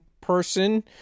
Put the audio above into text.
person